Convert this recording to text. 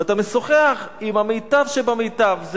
ואתה משוחח עם המיטב שבמיטב.